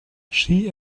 she